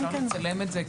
אפשר לצלם את זה?